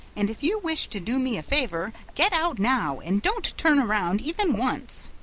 and if you wish to do me a favor, get out now, and don't turn around even once.